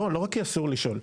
לא רק כי אסור לשאול.